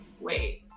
Wait